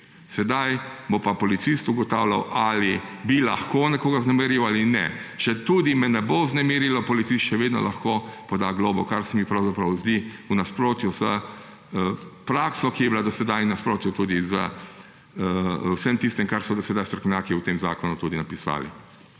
Sedaj bo pa policist ugotavljal, ali bi lahko nekoga vznemirjalo ali ne. Četudi me ne bo vznemirilo, policist še vedno lahko poda globo, kar se mi zdi v nasprotju s prakso, ki je bila do sedaj, in tudi v nasprotju z vsem tistim, kar so strokovnjaki o tem zakonu tudi napisali.